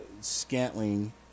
Scantling